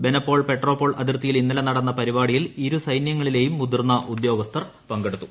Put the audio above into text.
ബെനപോൽ പെട്രാപോൽ അതിർത്തിയിൽ ഇന്നലെ നടന്ന പരിപാടിയിൽ ഇരു സൈനൃങ്ങളിലെയും മു തിർന്ന ഉദ്യോഗസ്ഥർ പങ്കെടുത്തു